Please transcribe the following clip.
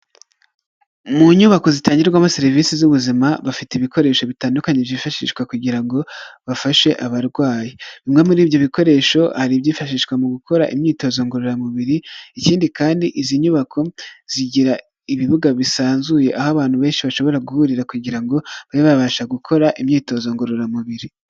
Mu nyubako zitangirwamo serivisi z'ubuzima, bafite ibikoresho bitandukanye byifashishwa kugira ngo bafashe abarwayi, bimwe muri ibyo bikoresho hari byifashishwa mu gukora imyitozo ngororamubiri, ikindi kandi izi nyubako zigira ibibuga bisanzuye, aho abantu benshi bashobora guhurira kugira ngo babe babasha gukora imyitozo ngororamubiri.